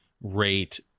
rate